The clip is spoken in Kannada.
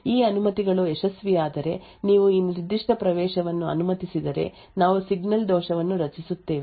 ಈ ಅನುಮತಿಗಳು ಯಶಸ್ವಿಯಾದರೆ ನೀವು ಈ ನಿರ್ದಿಷ್ಟ ಪ್ರವೇಶವನ್ನು ಅನುಮತಿಸಿದರೆ ನಾವು ಸಿಗ್ನಲ್ ದೋಷವನ್ನು ರಚಿಸುತ್ತೇವೆ